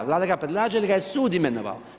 Vlada ga predlaže, ali ga je sud imenovao.